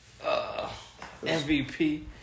MVP